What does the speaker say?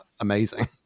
amazing